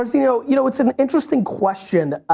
um so you know you know it's an interesting question.